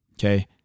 Okay